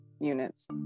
units